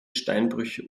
steinbrüche